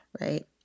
right